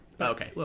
Okay